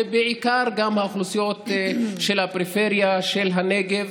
בעיקר באוכלוסיות של הפריפריה בנגב,